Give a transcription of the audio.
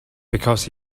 because